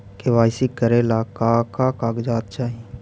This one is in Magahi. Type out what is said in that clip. के.वाई.सी करे ला का का कागजात चाही?